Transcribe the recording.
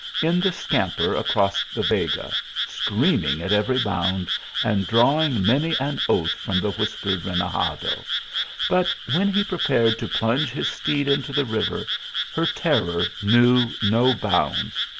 in the scamper across the vega, screaming at every bound and drawing many an oath from the whiskered renegado but when he prepared to plunge his steed into the river her terror knew no bounds.